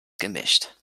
gemischt